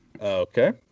Okay